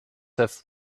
have